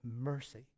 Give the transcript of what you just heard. mercy